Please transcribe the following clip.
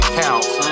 counts